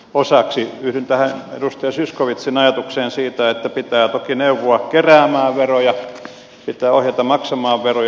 yhdyn tähän edustaja zyskowiczin ajatukseen siitä että pitää toki neuvoa keräämään veroja pitää ohjata maksamaan veroja